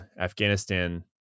Afghanistan